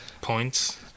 points